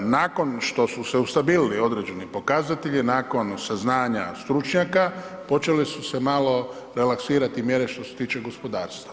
Nakon što su se ustabilili određeni pokazatelji, nakon saznanja stručnjaka počele su se malo relaksirati mjere što se tiče gospodarstva.